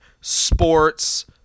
sports